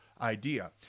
idea